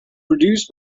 produced